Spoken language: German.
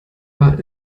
war